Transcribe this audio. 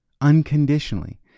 unconditionally